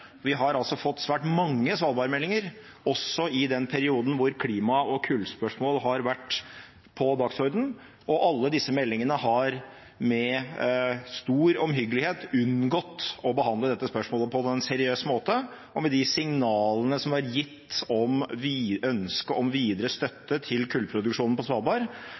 Vi har fått svært mange svalbardmeldinger, også i den perioden da klima- og kullspørsmål har vært på dagsordenen, og alle disse meldingene har med stor omhyggelighet unngått å behandle dette spørsmålet på en seriøs måte. Med de signalene som er gitt om ønske om videre støtte til kullproduksjonen på Svalbard,